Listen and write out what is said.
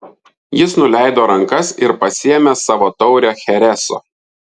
jis nuleido rankas ir pasiėmė savo taurę chereso